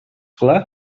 clar